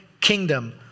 kingdom